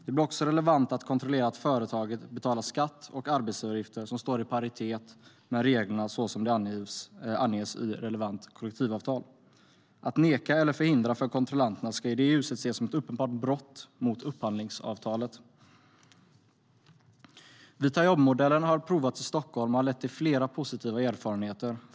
Det blir också relevant att kontrollera att företaget betalar skatt och arbetsgivaravgifter som står i paritet med reglerna så som de anges i relevant kollektivavtal. Att hindra kontrollanterna ska i det ljuset ses som ett uppenbart brott mot upphandlingsavtalet. Vita-jobb-modellen har provats i Stockholm och har lett till flera positiva erfarenheter.